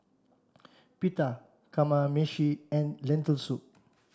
Pita Kamameshi and Lentil soup